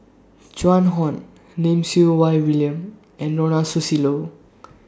Joan Hon Lim Siew Wai William and Ronald Susilo